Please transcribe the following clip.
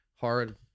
hard